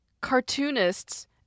cartoonists